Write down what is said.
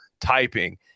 typing